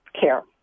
care